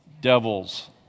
devil's